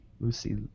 Lucy